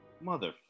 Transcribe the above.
Mother